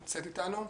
נמצאת איתנו?